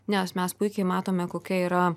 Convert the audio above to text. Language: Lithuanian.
nes mes puikiai matome kokia yra